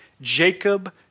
Jacob